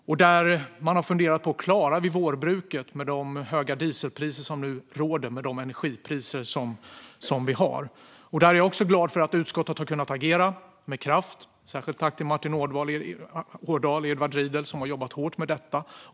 Man undrar om man kommer att klara vårbruket med de höga dieselpriser och energipriser som nu råder. Här är jag också glad för att utskottet har kunnat agera med kraft. Särskilt tack till Martin Ådahl och Edward Riedl, som har jobbat hårt med detta!